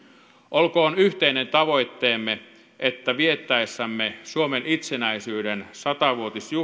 olkoon yhteinen tavoitteemme että viettäessämme suomen itsenäisyyden sata